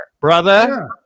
brother